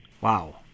wow